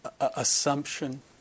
assumption